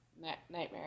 nightmare